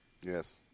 Yes